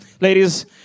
ladies